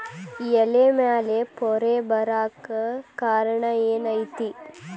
ಎಲೆ ಮ್ಯಾಲ್ ಪೊರೆ ಬರಾಕ್ ಕಾರಣ ಏನು ಐತಿ?